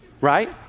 Right